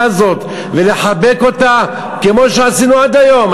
הזאת ולחבק אותה כמו שעשינו עד היום.